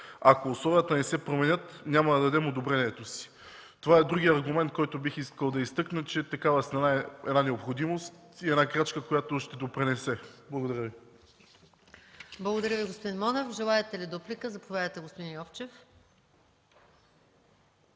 „Ако условията не се променят, няма да дадем одобрението си.” Това е другият аргумент, който бих искал да изтъкна, че такава стена е една необходимост и една крачка, която ще допринесе. Благодаря Ви. ПРЕДСЕДАТЕЛ МАЯ МАНОЛОВА: Благодаря Ви, господин Монев. Желаете ли дуплика? Заповядайте, господин Йовчев.